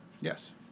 Yes